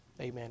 Amen